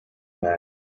mad